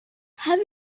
have